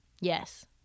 Yes